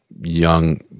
young